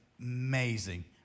amazing